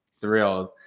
thrilled